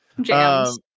jams